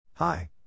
Hi